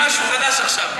משהו חדש עכשיו.